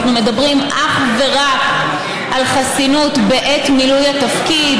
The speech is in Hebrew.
אנחנו מדברים אך ורק על חסינות בעת מילוי התפקיד,